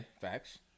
facts